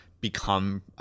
become